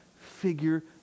figure